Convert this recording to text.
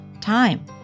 time